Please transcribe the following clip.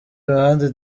ruhande